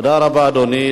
תודה רבה, אדוני.